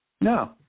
No